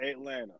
Atlanta